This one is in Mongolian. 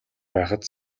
байхад